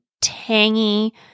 tangy